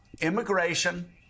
immigration